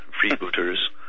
freebooters